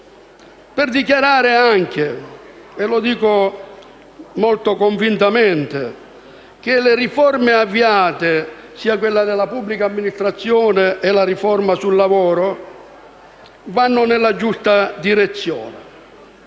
per dichiarare - lo dico molto convintamente - che le riforme avviate, sia quella della pubblica amministrazione che la riforma sul lavoro, vanno nella giusta direzione.